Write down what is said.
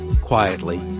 quietly